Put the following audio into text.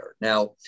Now